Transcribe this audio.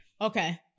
Okay